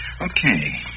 Okay